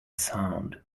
sound